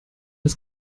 das